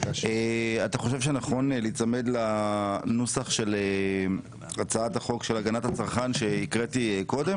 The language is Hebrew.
אתה חושב שנכון להיצמד לנוסח של הצעת החוק של הגנת הצרכן שהקראתי קודם?